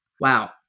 Wow